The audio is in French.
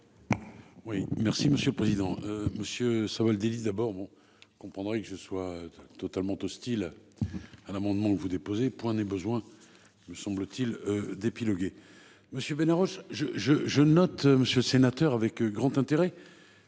Oui, merci monsieur le président, monsieur ça vole des listes d'abord bon comprendrait que je sois totalement hostiles. À l'amendement que vous déposez point n'est besoin. Me semble-t-il d'épiloguer monsieur. Je je je note Monsieur sénateur avec grand intérêt.